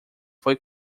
foi